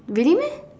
really meh